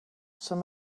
some